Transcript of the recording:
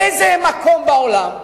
באיזה מקום בעולם,